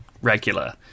regular